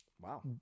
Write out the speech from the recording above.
Wow